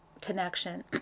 connection